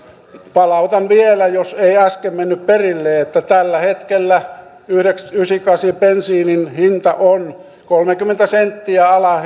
palautan vielä mieleen jos ei äsken mennyt perille että tällä hetkellä yhdeksänkymmentäkahdeksan bensiinin hinta on kolmekymmentä senttiä